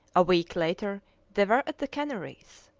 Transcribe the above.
a week later they were at the canaries.